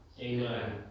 Amen